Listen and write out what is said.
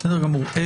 בבקשה.